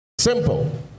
Simple